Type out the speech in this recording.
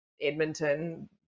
Edmonton